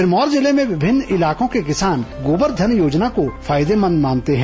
सिरमौर जिले के विभिन्न इलाकों के किसान गोबर धन योजना को फायदेमंद मानते हैं